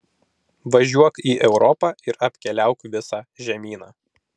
važiuok į europą ir apkeliauk visą žemyną